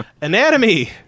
Anatomy